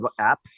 apps